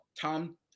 tom